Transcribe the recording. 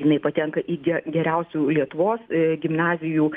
jinai patenka į geriausių lietuvos gimnazijų